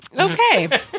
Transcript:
Okay